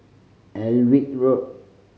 Alnwick Road